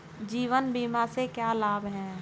जीवन बीमा से क्या लाभ हैं?